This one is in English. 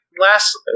last